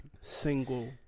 single